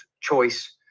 choice